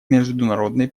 международной